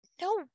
No